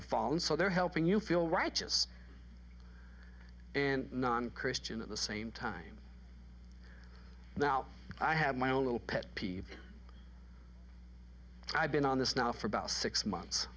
t fallen so they're helping you feel righteous and non christian at the same time now i have my own little pet peeve i've been on this now for about six months